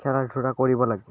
খেলা ধূলা কৰিব লাগিব